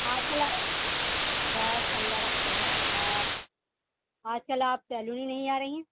بس اللہ کا شکر ہے آپ آج کل آپ سیلون ہی نہیں آ رہی ہیں